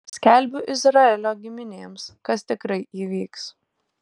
skelbiu izraelio giminėms kas tikrai įvyks